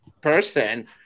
person